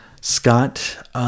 Scott